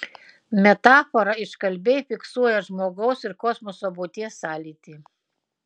metafora iškalbiai fiksuoja žmogaus ir kosmoso būties sąlytį